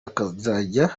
akajya